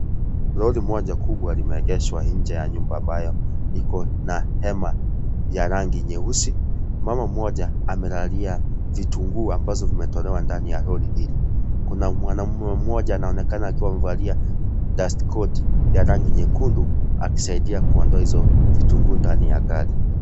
Lori moja kubwa limeegeshwa nje ya nyumba ambayo iko na hema ya rangi nyeusi . Mama mmoja amelalia vitunguu ambazo vimetolewa ndani ya lori hili .Kuna mwanamme mmoja anaonekana akiwa amevalia dust koti ya rangi nyekundu akisaidia kuondoa hizo vitunguu ndani ya gari.